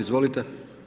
Izvolite.